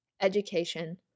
education